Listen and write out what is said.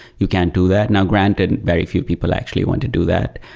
you can't do that. now granted very few people actually want to do that,